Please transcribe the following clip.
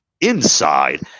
inside